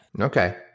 Okay